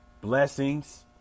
Blessings